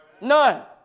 None